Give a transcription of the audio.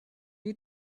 you